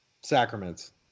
Sacraments